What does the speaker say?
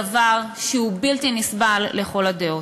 דבר שהוא בלתי נסבל לכל הדעות.